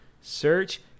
Search